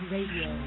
Radio